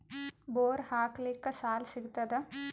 Bore ಹಾಕಲಿಕ್ಕ ಸಾಲ ಸಿಗತದ?